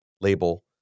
label